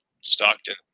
Stockton